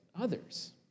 others